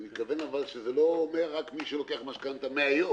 אבל אני מתכוון שזה לא אומר רק מי שלוקח משכנתה מהיום